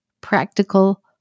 practical